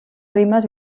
rimes